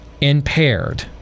impaired